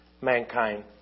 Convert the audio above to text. mankind